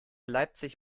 leipzig